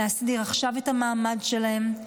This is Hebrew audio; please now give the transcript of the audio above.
להסדיר עכשיו את המעמד שלהם,